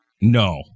No